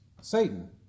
Satan